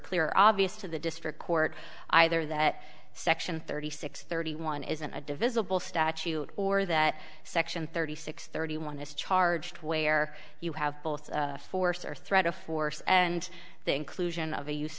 clear obvious to the district court either that section thirty six thirty one isn't a divisible statute or that section thirty six thirty one discharge where you have both a force or threat of force and the inclusion of a use